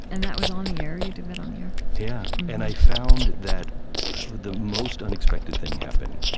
and that was on the air? you did that on the air? yeah, and i found that the most unexpected thing happened.